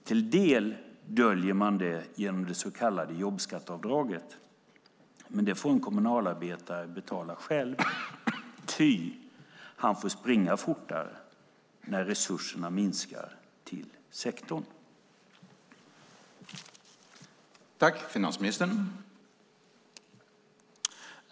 Till en del döljer man det genom det så kallade jobbskatteavdraget, men det får en kommunalarbetare betala själv, ty han får springa fortare när resurserna till sektorn minskar.